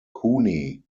cooney